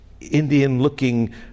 Indian-looking